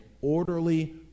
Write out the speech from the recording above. orderly